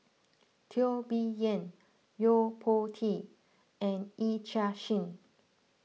Teo Bee Yen Yo Po Tee and Yee Chia Hsing